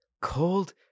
cold